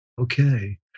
okay